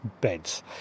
beds